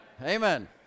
amen